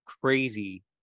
crazy